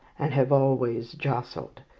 and have always jostled,